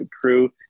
crew